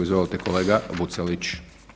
Izvolite kolega Vucelić.